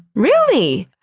really?